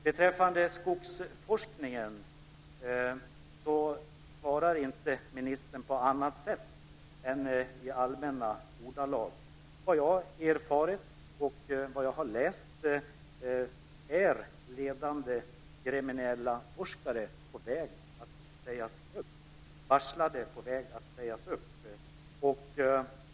Beträffande skogsforskningen svarar inte ministern på annat sätt än i allmänna ordalag. Efter vad jag har erfarit och läst är ledande gremmeniellaforskare på väg att sägas upp.